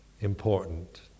important